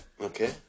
Okay